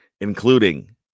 including